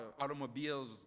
Automobiles